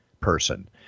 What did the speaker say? person